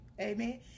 Amen